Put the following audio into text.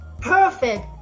perfect